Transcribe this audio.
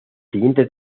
siguiente